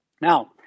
Now